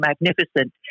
magnificent